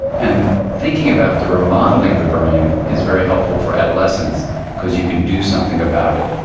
and thinking about the remodelling of the brain is very helpful for adolescents because you can do something about it,